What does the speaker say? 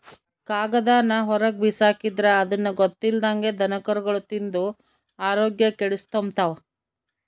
ಕಾಗದಾನ ಹೊರುಗ್ಬಿಸಾಕಿದ್ರ ಅದುನ್ನ ಗೊತ್ತಿಲ್ದಂಗ ದನಕರುಗುಳು ತಿಂದು ಆರೋಗ್ಯ ಕೆಡಿಸೆಂಬ್ತವ